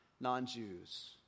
non-Jews